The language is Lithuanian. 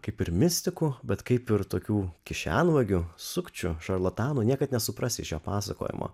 kaip ir mistikų bet kaip ir tokių kišenvagių sukčių šarlatanų niekad nesuprasi šio pasakojimo